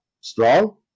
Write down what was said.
strong